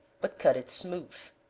but cut it smooth.